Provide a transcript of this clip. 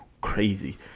crazy